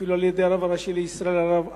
אפילו הרב הראשי לישראל הרב עמאר,